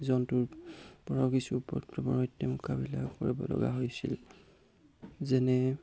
জন্তুৰ পৰাও কিছু এনেকুৱাবিলাক কৰিবলগা হৈছিল যেনে